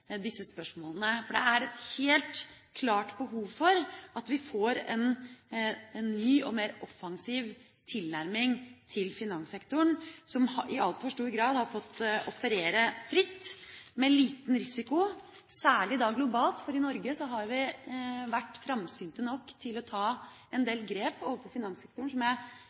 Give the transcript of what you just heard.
disse spørsmålene, for det er et helt klart behov for en ny og mer offensiv tilnærming til finanssektoren, som i altfor stor grad har fått operere fritt med liten risiko, særlig globalt. I Norge har vi vært framsynte nok til å ta en del grep overfor finanssektoren som